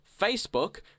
Facebook